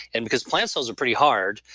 and because plant cells are pretty hard,